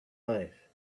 life